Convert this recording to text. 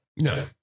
No